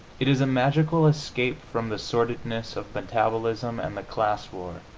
it is a magical escape from the sordidness of metabolism and the class war,